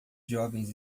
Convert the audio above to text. jovens